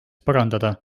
parandada